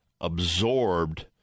absorbed